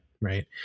right